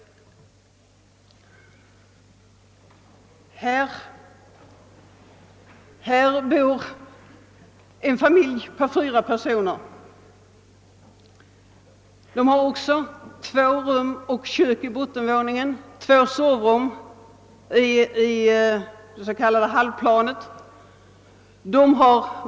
I stugan bor fyra personer. Även här finns två rum och kök i bottenvåningen samt två sovrum i det s.k. halvplanet.